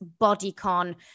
bodycon